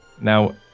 now